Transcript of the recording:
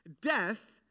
Death